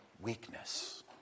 weakness